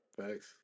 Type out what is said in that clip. Thanks